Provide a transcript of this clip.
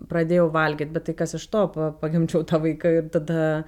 pradėjau valgyt bet tai kas iš to pa pagimdžiau tą vaiką ir tada